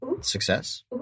success